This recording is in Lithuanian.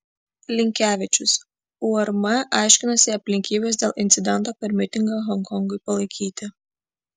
linkevičius urm aiškinasi aplinkybes dėl incidento per mitingą honkongui palaikyti